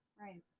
Right